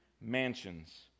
mansions